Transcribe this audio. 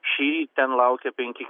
šįryt ten laukė penki